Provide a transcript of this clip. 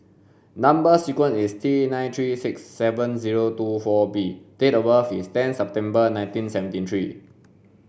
number sequence is T nine three six seven zero two four B date of birth is ten September nineteen seventy three